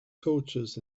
coaches